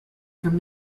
from